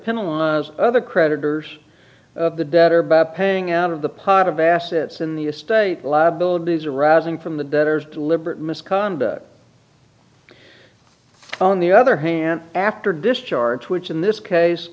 penalize other creditors of the debtor by paying out of the pot of assets in the estate law build these arising from the debtors deliberate misconduct on the other hand after discharge which in this case